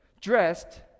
dressed